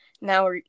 Now